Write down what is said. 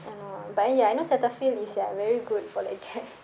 and uh but then ya I know Cetaphil is ya very good for like dr~